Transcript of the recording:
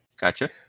Gotcha